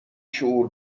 شعور